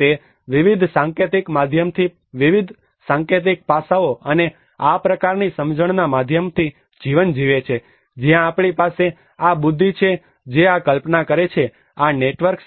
તે વિવિધ સાંકેતિક માધ્યમથી વિવિધ સાંકેતિક પાસાઓ અને આ પ્રકારની સમજણના માધ્યમથી જીવન જીવે છે જ્યાં આપણી પાસે આ બુદ્ધિ છે જે આ કલ્પના કરે છે આ નેટવર્ક્સ